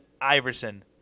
Iverson